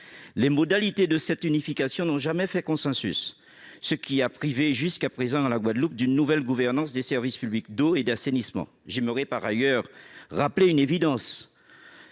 Les modalités de cette unification n'ont jamais fait consensus, ce qui a privé jusqu'à présent la Guadeloupe d'une nouvelle gouvernance des services publics d'eau et d'assainissement. J'aimerais, par ailleurs, rappeler une évidence